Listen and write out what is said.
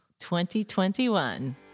2021